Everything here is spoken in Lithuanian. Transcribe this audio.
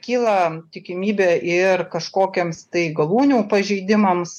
kyla tikimybė ir kažkokiems tai galūnių pažeidimams